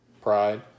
Pride